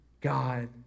God